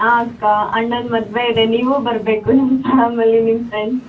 ಆಂ ಅಕ್ಕ ಅಣ್ಣನ ಮದುವೆ ಇದೆ ನೀವೂ ಬರಬೇಕು ನಿಮ್ಮ ಫ್ಯಾಮಿಲಿ ನಿಮ್ಮ ಫ್ರೆಂಡ್ಸ್